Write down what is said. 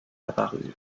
apparurent